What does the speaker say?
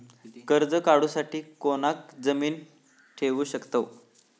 कर्ज काढूसाठी कोणाक जामीन ठेवू शकतव?